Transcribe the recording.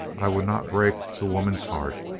i would not break the woman's heart,